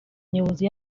nyobozi